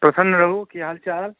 प्रसन्न रहू की हाल चाल